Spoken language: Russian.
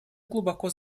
глубоко